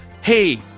hey